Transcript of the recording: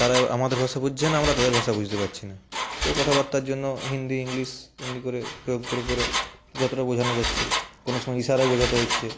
তারা আমাদের ভাষা বুঝছে না আমরা তাদের ভাষা বুঝতে পারছি না তো কথাবাত্রার জন্য হিন্দি ইংলিশ এমনি করে প্রয়োগ করে করে যতটা বোঝানো যাচ্ছে কোনও সময়ে ইশারায় বোঝাতে হচ্ছে